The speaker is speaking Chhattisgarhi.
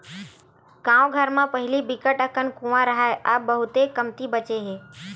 गाँव घर म पहिली बिकट अकन कुँआ राहय अब बहुते कमती बाचे हे